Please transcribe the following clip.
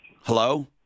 Hello